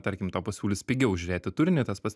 tarkim tau pasiūlys pigiau žiūrėti turinį tas pats